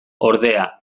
ordea